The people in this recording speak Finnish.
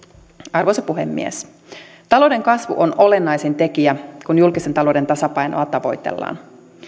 arvoisa puhemies talouden kasvu on olennaisin tekijä kun julkisen talouden tasapainoa tavoitellaan